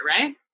Right